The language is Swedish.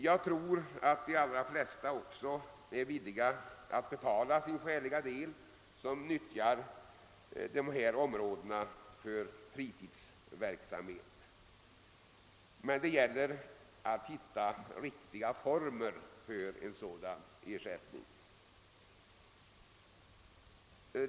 Jag tror att de allra flesta som utnyttjar dessa områden för fritidsverk samhet också är villiga att betala sin skäliga andel. Det gäller dock att hitta riktiga former för en sådan ersättning.